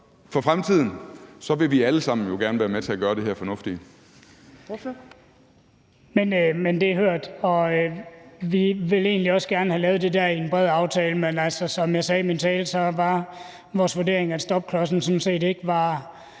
for fremtiden vil vi alle sammen jo gerne være med til at gøre det her fornuftige.